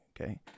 okay